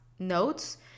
Notes